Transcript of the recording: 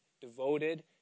devoted